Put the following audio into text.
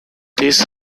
this